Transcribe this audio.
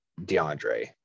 DeAndre